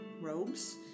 robes